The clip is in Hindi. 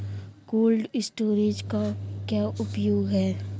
कोल्ड स्टोरेज का क्या उपयोग है?